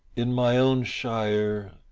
in my own shire,